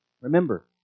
Remember